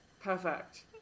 Perfect